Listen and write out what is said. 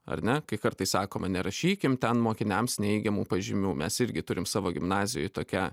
ar ne kai kartais sakoma nerašykim ten mokiniams neigiamų pažymių mes irgi turim savo gimnazijoj tokią